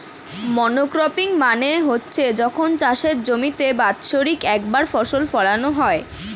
monocropping মানে হচ্ছে যখন চাষের জমিতে বাৎসরিক একবার ফসল ফোলানো হয়